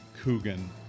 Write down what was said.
Coogan